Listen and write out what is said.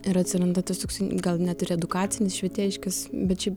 ir atsiranda tas toksai gal net ir edukacinis švietėjiškas bet šiaip